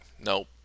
nope